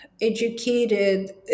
educated